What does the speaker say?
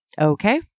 okay